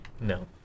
no